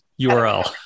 URL